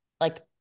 like-